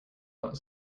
not